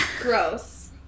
Gross